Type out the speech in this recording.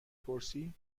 پرسی